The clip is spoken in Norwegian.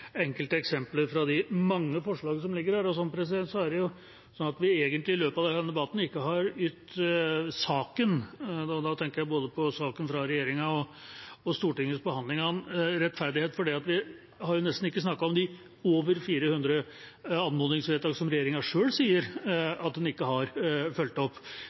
enkelte eksempler på de mange forslagene som ligger her. Så er det sånn at vi i løpet av denne debatten ikke har ytt saken, og da tenker jeg både på saken fra regjeringa og Stortingets behandling av den, rettferdighet, for vi har nesten ikke snakket om de over 400 anmodningsvedtakene som regjeringa selv sier at den ikke har fulgt opp.